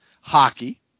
hockey